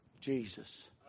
Jesus